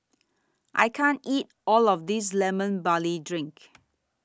I can't eat All of This Lemon Barley Drink